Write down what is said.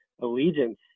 allegiance